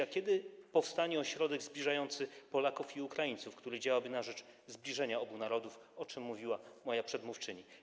A kiedy powstanie ośrodek zbliżający Polaków i Ukraińców, który działałby na rzecz zbliżenia obu narodów, o czym mówiła moja przedmówczyni?